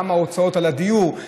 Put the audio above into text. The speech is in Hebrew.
כמה הוצאות על הדיור,